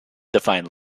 define